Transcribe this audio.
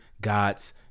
God's